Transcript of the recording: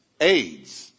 AIDS